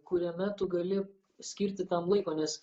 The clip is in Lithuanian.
kuriame tu gali skirti tam laiko nes